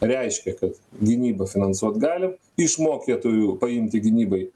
reiškia kad gynybą finansuot gali iš mokėtojų paimti gynybai